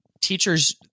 teachers